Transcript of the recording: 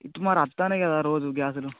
ఇప్పుడు మరి వస్తున్నాయి కదా రోజు గ్యాస్లు